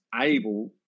able